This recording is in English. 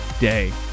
day